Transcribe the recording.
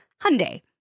Hyundai